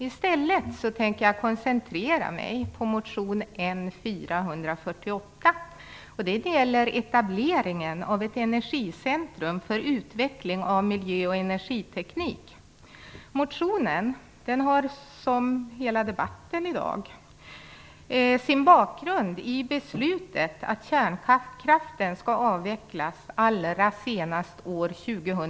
I stället tänker jag koncentrera mig på motion N448, som gäller etableringen av ett energicentrum för utveckling av miljö och energiteknik. Bakgrunden till motionen, liksom till hela debatten, är beslutet att kärnkraften skall avvecklas allra senast år 2010.